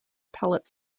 pellet